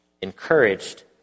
encouraged